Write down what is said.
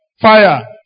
fire